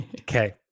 Okay